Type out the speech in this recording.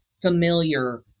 familiar